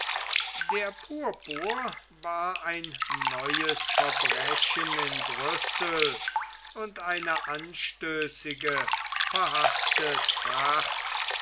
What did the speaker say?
der purpur war ein neues verbrechen in brüssel und eine anstößige verhaßte tracht